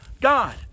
God